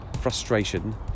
frustration